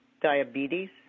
diabetes